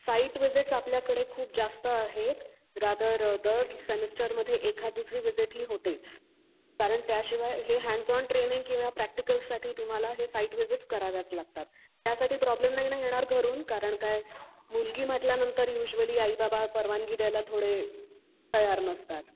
site visits आपल्याकडे खूप जास्त आहेत रादर दर सेमिस्टरमध्ये एखाद दुसरी विजिट ही होतेच कारण त्याशिवाय हे हँडझॉन ट्रेनिंग किंवा प्रॅक्टिकल्ससाठी तुम्हाला हे साईट विजिट्स कराव्याच लागतात त्यासाठी प्रॉब्लेम नाही ना येणार घरून कारण काय मुलगी म्हटल्यानंतर युज्वली आईबाबा परवानगी द्यायला थोडे तयार नसतात